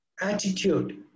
attitude